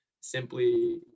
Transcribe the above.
simply